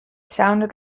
sounded